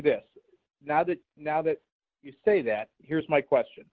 this now that now that you say that here's my question